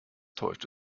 täuscht